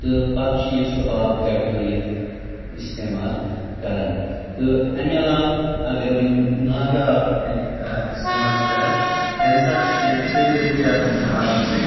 تہٕ پَتہٕ چھُ یہِ سُہ آب گرٛٮ۪کنٲیِتھ اِستعمال کَران تہٕ اَمہِ علاوٕ اَگر وۄنۍ ناگہٕ آب اِستعمال چھِ کَران تَمہِ ساتہٕ چھِ کیٚنٛہہ ژٔلۍ ؤلۍ تہِ آسان اَتھ آبَس سۭتۍ